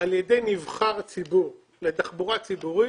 על ידי נבחר ציבור לתחבורה ציבורית,